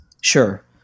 Sure